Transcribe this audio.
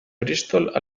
bristol